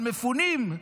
על מפונים?